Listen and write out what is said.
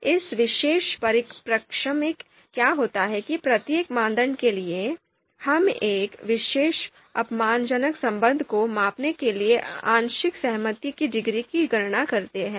इस विशेष परिप्रेक्ष्य में क्या होता है कि प्रत्येक मानदंड के लिए हम एक विशेष अपमानजनक संबंध को मापने के लिए आंशिक सहमति की डिग्री की गणना करते हैं